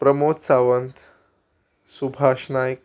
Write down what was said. Pramod Sawant Subhash Naik